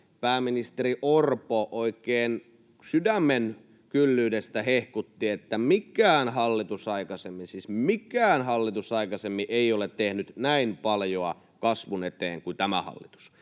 pääministeri Orpo oikein sydämen kyllyydestä hehkutti, että mikään hallitus aikaisemmin, siis mikään hallitus aikaisemmin, ei ole tehnyt näin paljoa kasvun eteen kuin tämä hallitus